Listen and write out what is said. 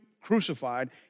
crucified